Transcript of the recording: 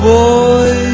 boy